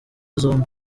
zombi